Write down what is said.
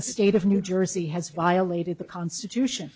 the state of new jersey has violated the constitution